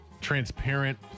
transparent